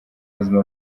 buzima